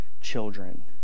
children